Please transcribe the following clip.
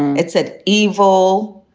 it said evil,